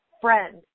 friend